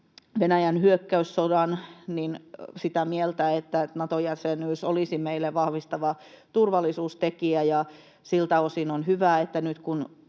Venäjän hyökkäyssotaa sitä mieltä, että Nato-jäsenyys olisi meille vahvistava turvallisuustekijä, ja siltä osin on hyvä, että nyt kun